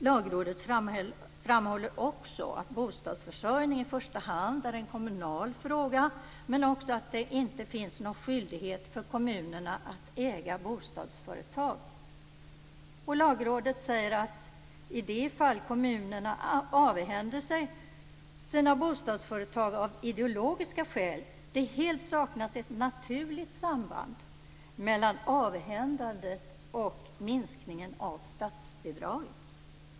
Lagrådet framhåller att bostadsförsörjning i första hand är en kommunal fråga, men också att det inte finns någon skyldighet för kommunerna att äga bostadsföretag. Lagrådet säger att i de fall där kommunerna avhänder sig sina bostadsföretag av ideologiska skäl saknas det helt ett naturligt samband mellan avhändandet och minskningen av statsbidraget.